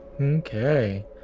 Okay